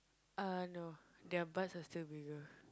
uh no their butts are still bigger